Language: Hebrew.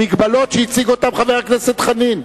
במגבלות שהציג חבר הכנסת חנין.